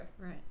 Right